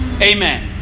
Amen